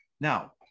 Now